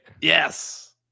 Yes